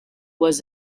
was